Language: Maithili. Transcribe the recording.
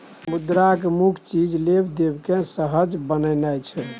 मुद्राक मुख्य काज लेब देब केँ सहज बनेनाइ छै